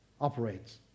operates